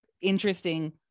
interesting